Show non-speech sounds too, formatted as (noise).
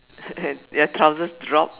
(laughs) your trousers drop